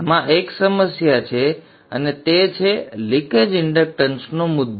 આમાં એક સમસ્યા છે અને તે છે લિકેજ ઇંડક્ટન્સનો મુદ્દો